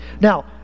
Now